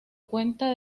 cuenta